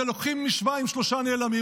זה לוקחים משוואה שלושה נעלמים,